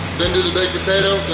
then do the baked potato,